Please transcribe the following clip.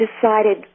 decided